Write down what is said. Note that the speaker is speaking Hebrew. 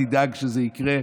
תדאג שזה יקרה.